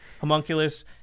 homunculus